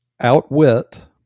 outwit